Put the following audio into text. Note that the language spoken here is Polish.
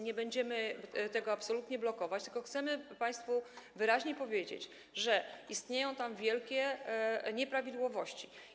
Nie będziemy tego absolutnie blokować, tylko chcemy państwu wyraźnie powiedzieć, że są tam wielkie nieprawidłowości.